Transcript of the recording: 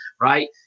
right